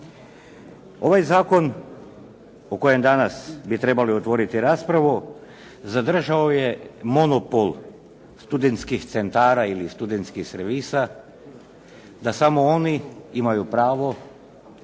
Ovaj zakon o kojem danas bi trebali otvoriti raspravu zadržao je monopol studentskih centara ili studentskih servisa da samo oni imaju pravo